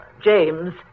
James